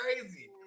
crazy